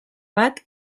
bat